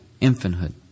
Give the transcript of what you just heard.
infanthood